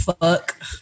fuck